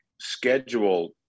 schedule